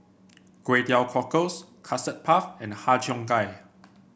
Kway Teow Cockles Custard Puff and Har Cheong Gai